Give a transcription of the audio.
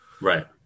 right